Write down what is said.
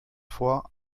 vor